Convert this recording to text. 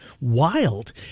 wild